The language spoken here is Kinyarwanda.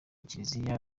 kiliziya